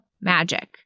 magic